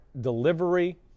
delivery